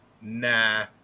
Nah